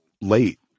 late